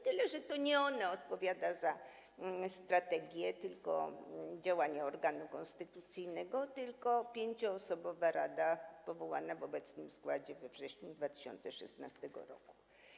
Tyle że to nie ona odpowiada za strategię, działanie organu konstytucyjnego, tylko 5-osobowa rada powołana w obecnym składzie we wrześniu 2016 r.